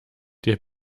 der